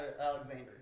Alexander